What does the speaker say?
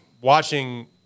watching